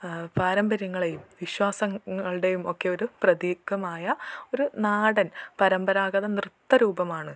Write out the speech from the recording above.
പാരമ്പര്യങ്ങളെയും വിശ്വസങ്ങളുടെയും ഒക്കെ ഒരു പ്രതീകമായ ഒരു നാടൻ പരമ്പരാഗത നൃത്ത രൂപമാണ്